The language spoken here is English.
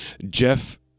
Jeff